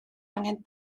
angen